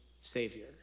savior